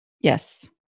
Yes